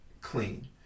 clean